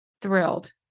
thrilled